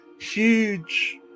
huge